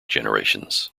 generations